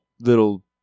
little